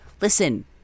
Listen